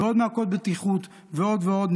ועוד מעקות בטיחות ועוד ועוד.